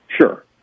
Sure